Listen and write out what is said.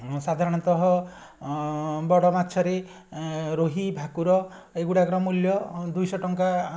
ସାଧାରଣତଃ ବଡ଼ ମାଛରେ ରୋହି ଭାକୁର ଏଇଗୁଡ଼ାକର ମୂଲ୍ୟ ଦୁଇଶହ ଟଙ୍କା